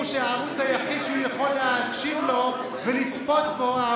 הערוץ היחיד שהציבור הזה יכול להקשיב לו ולצפות בו,